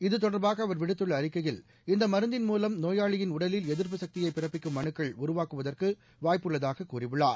இது தொடர்பாக அவர் விடுத்துள்ள அறிக்கையில் இந்த மருந்தின் மூலம் நோயாளியின் உடலில் எதிர்ப்பு சக்தியை பிறப்பிக்கும் அனுக்கள் உருவாக்குவதற்கு வாய்ப்புள்ளதாக அவர் கூறியுள்ளார்